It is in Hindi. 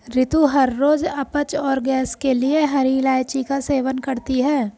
रितु हर रोज अपच और गैस के लिए हरी इलायची का सेवन करती है